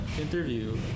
interview